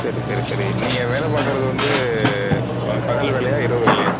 சரி சரி சரி நீங்கள் வேலை பார்க்குறது வந்து பகல் பகல் வேலையா இரவு வேலையா